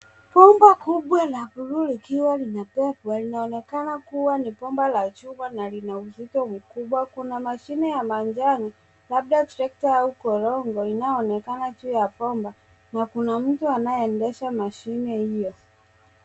Bomba kubwa la bluu likiwa linabebwa. Inaonekana kuwa ni bomba la chuma na lina uzito mkubwa. Kuna mashine ya manjano, labda trakta au korongo inayoonekana juu ya bomba. Kuna mtu anayeendesha mashine hiyo.